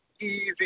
easy